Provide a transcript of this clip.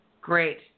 Great